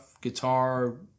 guitar